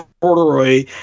Corduroy